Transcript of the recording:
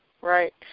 Right